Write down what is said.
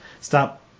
stop